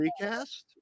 Recast